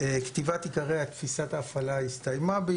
כתיבת עיקרי תפיסת ההפעלה הסתיימה.